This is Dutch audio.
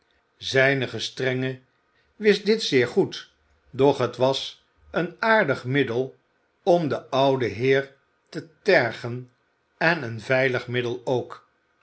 zijn gestrenge wist dit zeer goed doch het was een aardig middel om den ouden heer te tergen en een veilig middel ook